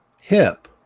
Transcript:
hip